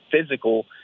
physical